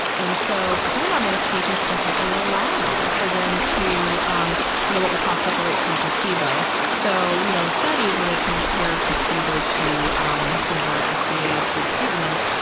and so for some of our medications, it can take a little while for them to um you know what we call separate from placebo. so you know in studies where they've compared placebos to um some of our ah fda-approved treatments,